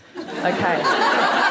Okay